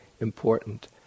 important